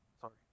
Sorry